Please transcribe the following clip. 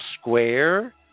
square